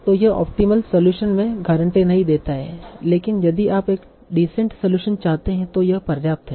तो यह optimal solution में गारंटी नहीं देता है लेकिन यदि आप एक डिसेंट सलूशन चाहते हैं तो यह पर्याप्त है